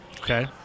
Okay